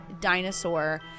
Dinosaur